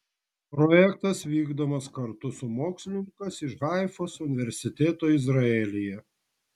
projektas vykdomas kartu su mokslininkais iš haifos universiteto izraelyje